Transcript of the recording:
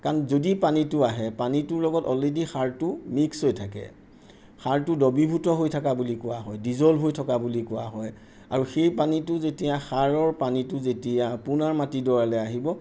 কাৰণ যদি পানীটো আহে পানীটোৰ লগত অলৰেডি সাৰটো মিক্স হৈ থাকে সাৰটো দ্ৰৱীভূত হৈ থাকা বুলি কোৱা হয় ডিজল্ভ হৈ থকা বুলি কোৱা হয় আৰু সেই পানীটো যেতিয়া সাৰৰ পানীটো যেতিয়া আপোনাৰ মাটিডৰালে আহিব